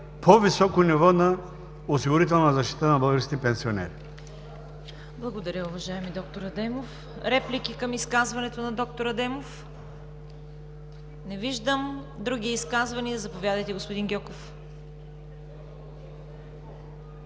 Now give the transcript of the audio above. по-високо ниво на осигурителна защита на българските пенсионери.